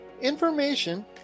information